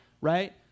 right